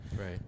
Right